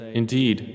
indeed